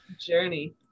journey